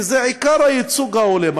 כי זה עיקר הייצוג ההולם.